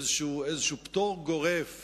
איזה פטור גורף